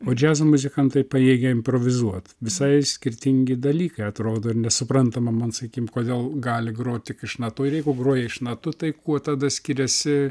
o džiazo muzikantai pajėgia improvizuot visai skirtingi dalykai atrodo nesuprantama man sakykim kodėl gali groti tik iš natų ir jeigu groja iš natų tai kuo tada skiriasi